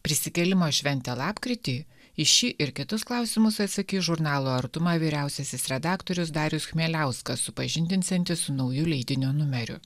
prisikėlimo šventė lapkritį į šį ir kitus klausimus atsakys žurnalo artuma vyriausiasis redaktorius darius chmieliauskas supažindinsiantis su nauju leidinio numeriu